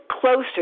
closer